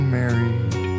married